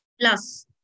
Plus